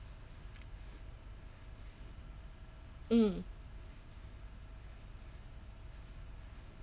mm